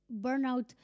burnout